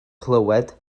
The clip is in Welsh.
clywed